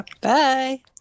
bye